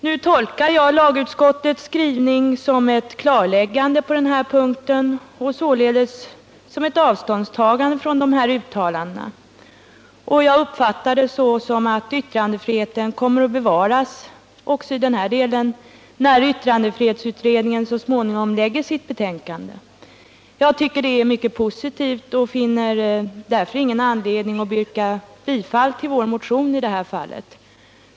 Nu tolkar jag emellertid lagutskottets skrivning som ett klarläggande på den punkten och således som ett avståndstagande från de här uttalandena. Jag uppfattar det så att yttrandefriheten kommer att bevaras också i den här delen när yttrandefrihetsutredningen så småningom lägger fram sitt betänkande. Jag tycker detta är mycket positivt och finner därför ingen anledning att yrka bifall till vår motion.